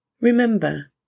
Remember